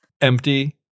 empty